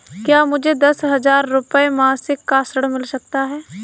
क्या मुझे दस हजार रुपये मासिक का ऋण मिल सकता है?